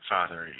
Father